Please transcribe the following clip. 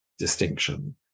distinction